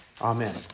Amen